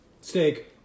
Steak